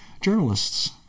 journalists